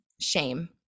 shame